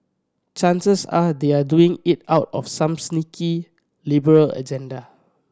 chances are they are doing it out of some sneaky liberal agenda